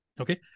Okay